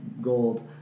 gold